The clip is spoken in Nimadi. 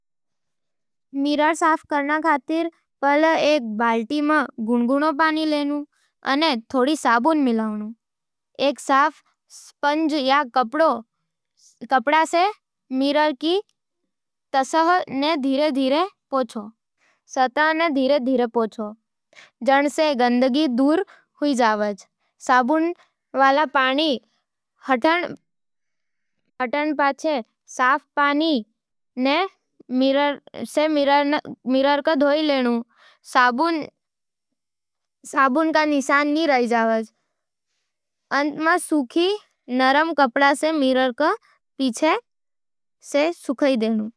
मिरर साफ करबा खातर, पहले एक बाल्टी में गुनगुना पानी लेव अने थोड़ो साबुन मिलाव। एक साफ स्पंज या कपड़ा सै मिरर की सतह ने धीरे-धीरे पोछो, जणसें गंदगी दूर हो जावे। साबुन वाला पानी हटण पाछे, साफ पानी सै मिरर ने धो लेव ताकि साबुन के निशान ना रहैं। अंत में सूखी, नरम कपड़ा सै मिरर ने पोंछ के सूखा करदे, जणसें मिरर चमकदार अने साफ दिखे।